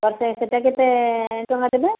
କେତେ ଟଙ୍କା ଦେବେ